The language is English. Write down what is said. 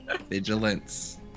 Vigilance